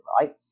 right